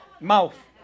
Mouth